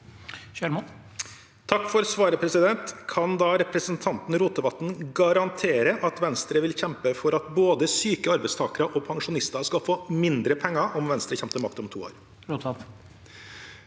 Takk for svaret. Kan da representanten Rotevatn garantere at Venstre vil kjempe for at både syke arbeidstakere og pensjonister skal få mindre penger om Venstre kommer til makten om to år? Sveinung